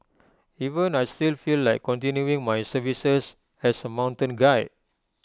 even I still feel like continuing my services as A mountain guide